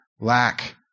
lack